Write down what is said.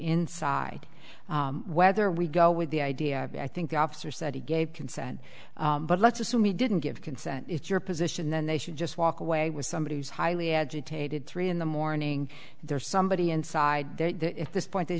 inside whether we go with the idea i think the officer said he gave consent but let's assume he didn't give consent it's your position then they should just walk away with somebody who's highly agitated three in the morning and there's somebody inside there if this point th